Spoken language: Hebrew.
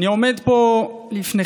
אני עומד פה לפניכם,